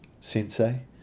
sensei